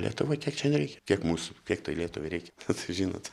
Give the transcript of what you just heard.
lietuvoj tiek čia nereikia kiek mūsų kiek tai lietuvai reikia nu tai žinot